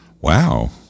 Wow